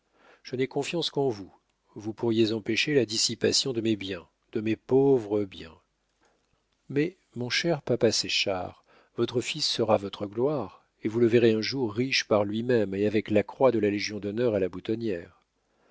je n'ai confiance qu'en vous vous pourriez empêcher la dissipation de mes biens de mes pauvres biens mais mon cher papa séchard votre fils sera votre gloire et vous le verrez un jour riche par lui-même et avec la croix de la légion-d'honneur à la boutonnière